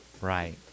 right